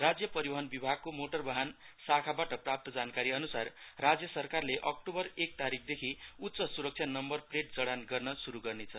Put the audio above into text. राज्य परिवाहन विभागको मोटर वाहन शाखाबाट प्राप्त जानकारी अनुसार राज्य सरकारले अक्टोबर एक तारिकदेखि उच्च सुरक्षा नम्बर प्लेट जडान गर्न सुरु गर्नेछ